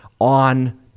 on